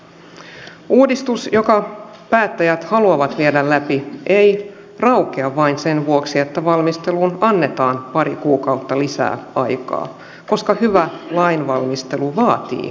jo nyt on onneksi saatu aikaiseksi kielteisiä turvapaikanhakupäätöksiä venäjän puolelle mutta viesti pitää olla jo siinä vaiheessa kun he ovat tulossa suomen puolelle